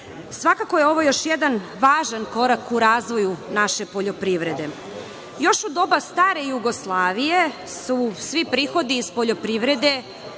Svakako je ovo još jedan važan korak u razvoju naše poljoprivrede. Još u doba stare Jugoslavije su svi prihodi iz poljoprivrede